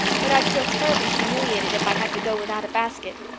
but i'd feel terribly humiliated if i had to go without a basket.